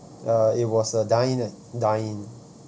uh it was a dine in dine in